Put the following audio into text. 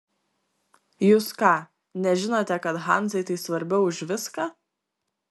jūs ką nežinote kad hanzai tai svarbiau už viską